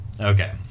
Okay